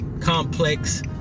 complex